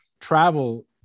travel